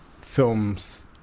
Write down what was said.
films